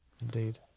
indeed